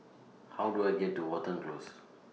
How Do I get to Watten Close